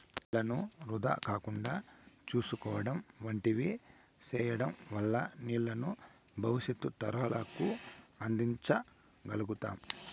నీళ్ళను వృధా కాకుండా చూసుకోవడం వంటివి సేయడం వల్ల నీళ్ళను భవిష్యత్తు తరాలకు అందించ గల్గుతాం